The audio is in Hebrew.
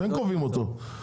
בסדר, זה המחיר אתם קובעים אותו.